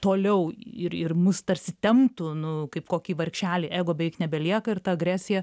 toliau ir ir mus tarsi temptų nu kaip kokį vargšelį ego beveik nebelieka ir ta agresija